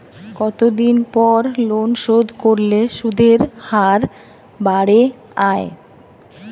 কতদিন পর লোন শোধ করলে সুদের হার বাড়ে য়ায়?